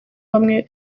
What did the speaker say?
bamwe